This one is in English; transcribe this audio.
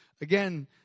again